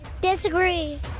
Disagree